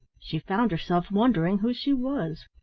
she found herself wondering who she was.